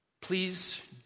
Please